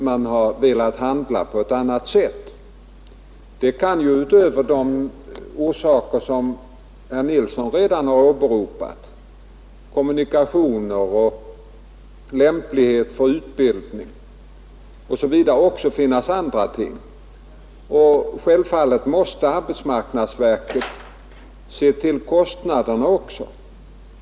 Utöver de orsaker som herr Nilsson i Tvärålund redan har åberopat — kommunikationer, lämplighet för utbildning osv. — kan det ju finnas andra, självfallet måste arbetsmarknadsverket bl.a. se till kostnaderna.